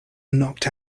knocked